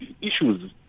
issues